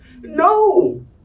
No